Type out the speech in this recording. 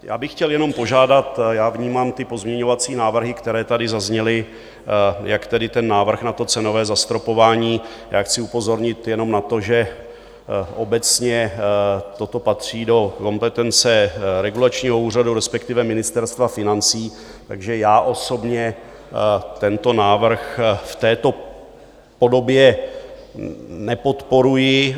Já bych chtěl jenom požádat: vnímám ty pozměňovací návrhy, které tady zazněly, jak tedy ten návrh na cenové zastropování jenom chci upozornit na to, že obecně toto patří do kompetence regulačního úřadu, respektive Ministerstva financí, takže já osobně tento návrh v této podobě nepodporuji.